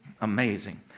Amazing